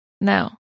No